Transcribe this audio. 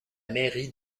mairie